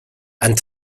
and